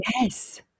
yes